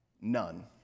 None